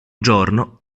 giorno